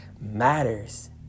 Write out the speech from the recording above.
matters